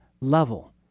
level